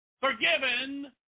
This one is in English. forgiven